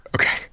Okay